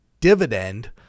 dividend